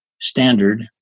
standard